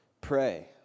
pray